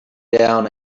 down